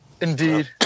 Indeed